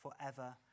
forever